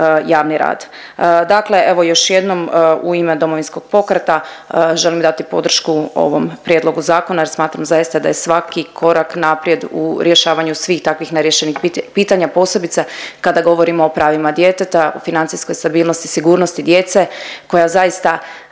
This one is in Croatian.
javni rad. Dakle, evo još jednom u ime Domovinskog pokreta želim dati podršku ovom prijedlogu zakona jer smatram zaista da je svaki korak naprijed u rješavanju svih takvih neriješenih pitanja posebice kada govorimo o pravima djeteta, o financijskoj stabilnosti i sigurnosti djece koja zaista